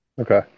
Okay